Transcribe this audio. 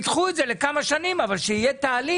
אני מוכן שידחו את זה בכמה שנים אבל שיהיה תהליך.